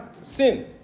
sin